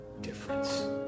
difference